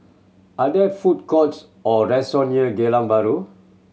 are there food courts or restaurant near Geylang Bahru